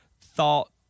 thought